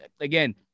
again